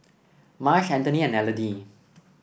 Marsh Antony and Elodie